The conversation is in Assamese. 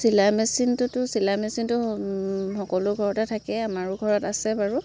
চিলাই মেচিনটোতো চিলাই মেচিনটো সকলো ঘৰতে থাকেই আমাৰো ঘৰত আছে বাৰু